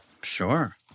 sure